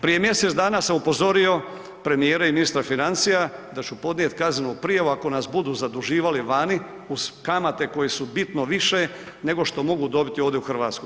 Prije mjesec dana sam upozorio premijera i ministra financija da ću podnijet kaznenu prijavu ako nas budu zaduživali vani uz kamate koje su bitno više nego što mogu dobiti ovdje u Hrvatskoj.